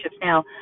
now